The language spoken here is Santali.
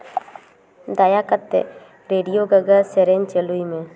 ᱫᱟᱭᱟ ᱠᱟᱛᱮ ᱨᱮᱰᱤᱭᱳ ᱜᱟᱜᱟ ᱥᱮᱨᱮᱧ ᱪᱟᱹᱞᱩᱭ ᱢᱮ